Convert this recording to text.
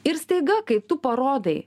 ir staiga kai tu parodai